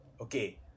Okay